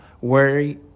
worry